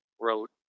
wrote